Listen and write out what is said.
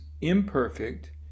imperfect